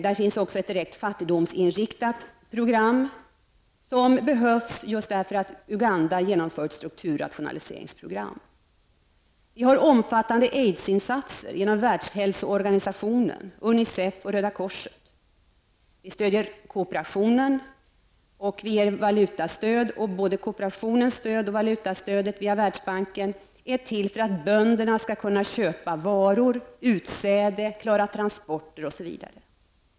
Det finns också ett direkt fattigdomsinriktat program, som behövs just därför att Uganda genomför ett strukturrationaliseringsprogram. Vi gör omfattande AIDS-insatser genom Världshälsoorganisationen, UNICEF och Röda korset. Vi stöder kooperationen, och vi ger valutastöd. Både stöd till kooperationen och valutastödet via Världsbanken är till för att bönderna skall kunna köpa utsäde, klara transporter, osv.